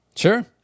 Sure